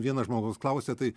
vienas žmogus klausia tai